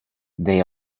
they